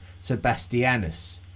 Sebastianus